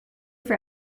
for